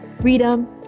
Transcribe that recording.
freedom